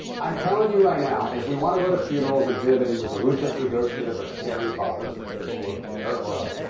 i'm telling you right now, if we want to go to funerals and hear that he was a ruthless negotiator but a caring father, so capable of care, or